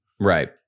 Right